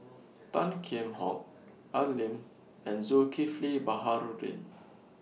Tan Kheam Hock Al Lim and Zulkifli Baharudin